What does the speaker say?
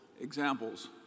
examples